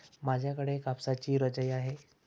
माझ्याकडे कापसाची रजाई आहे